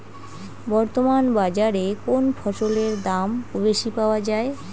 বর্তমান বাজারে কোন ফসলের দাম বেশি পাওয়া য়ায়?